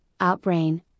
Outbrain